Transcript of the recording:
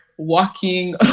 Walking